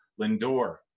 Lindor